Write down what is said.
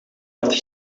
had